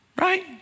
Right